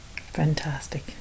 fantastic